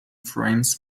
frames